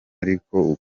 ariko